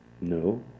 No